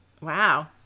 wow